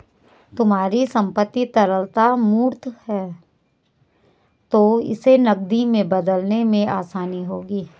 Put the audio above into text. तुम्हारी संपत्ति तरलता मूर्त है तो इसे नकदी में बदलने में आसानी होगी